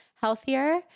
healthier